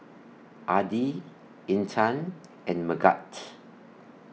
Adi Intan and Megat